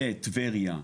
לטבריה,